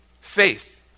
Faith